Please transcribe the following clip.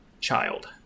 child